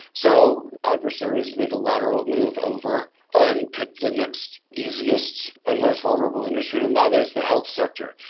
so adversaries made a lateral move over and picked the next easiest and most vulnerable industry and that is the health sector.